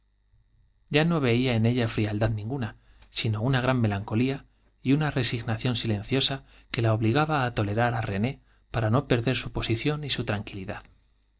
ya no veía en ella frialdad ninguna sino una gran melancolía y una resignación silenciosa que la obligaba á tolerar á rené para no perder su posición y su tranquilidad